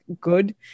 good